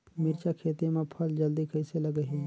मिरचा खेती मां फल जल्दी कइसे लगही?